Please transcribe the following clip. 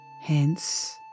Hence